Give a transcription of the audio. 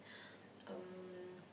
um